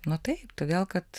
nu taip todėl kad